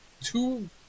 two